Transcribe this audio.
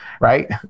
right